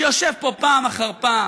שיושב פה פעם אחר פעם